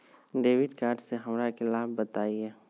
Debit card से हमरा के लाभ बताइए?